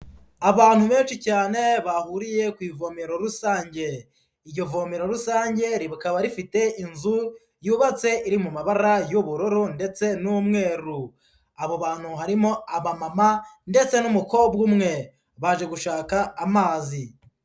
Abantu benshi cyane bahuriye ku ivomero rusange, iryo vomero rusange rikaba rifite inzu yubatse iri mu mabara y'ubururu ndetse n'umweru, abo bantu harimo abamama ndetse n'umukobwa umwe, baje gushaka amazi.